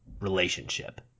relationship